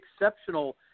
exceptional